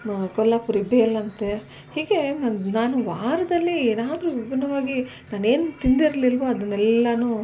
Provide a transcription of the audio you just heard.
ಕೊಲ್ಲಾಪುರಿ ಭೇಲ್ ಅಂತೆ ಹೀಗೆ ನಾನು ವಾರದಲ್ಲಿ ಏನಾದ್ರೂ ವಿಭಿನ್ನವಾಗಿ ನಾನು ಏನು ತಿಂದಿರಲಿಲ್ವೋ ಅದನ್ನೆಲ್ಲನೂ